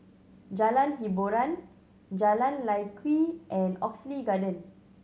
Jalan Hiboran Jalan Lye Kwee and Oxley Garden